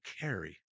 carry